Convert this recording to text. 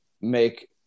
make